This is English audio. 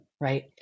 Right